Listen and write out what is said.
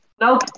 No